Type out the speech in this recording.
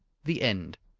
the end